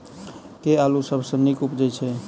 केँ आलु सबसँ नीक उबजय छै?